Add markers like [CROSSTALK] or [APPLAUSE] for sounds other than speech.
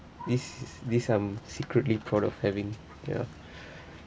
this is this I'm secretly proud of having ya [BREATH]